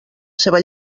seva